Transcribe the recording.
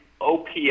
ops